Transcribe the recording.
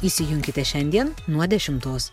įsijunkite šiandien nuo dešimtos